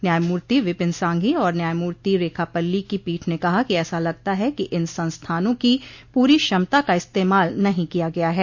न्यायमूर्ति विपिन सांघी और न्यायमूर्ति रेखापल्ली की पीठ ने कहा कि ऐसा लगता है कि इन संस्थानों की पूरी क्षमता का इस्तेमाल नहीं किया गया है